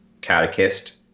catechist